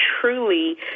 truly